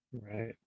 right